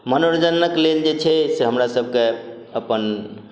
मनोरञ्जनक लेल जे छै से हमरा सभके अपन